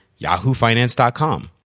yahoofinance.com